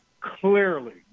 clearly